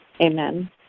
Amen